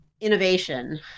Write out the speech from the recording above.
innovation